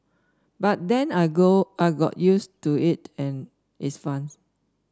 but then I I got used to it and its funs